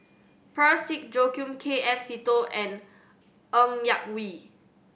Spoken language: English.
Parsick Joaquim K F Seetoh and Ng Yak Whee